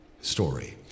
story